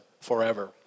forever